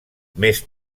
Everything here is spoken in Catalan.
més